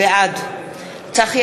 בעד צחי